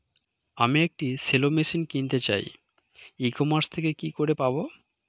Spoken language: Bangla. আমি একটি শ্যালো মেশিন কিনতে চাই ই কমার্স থেকে কি করে পাবো?